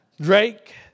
Drake